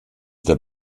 der